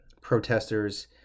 protesters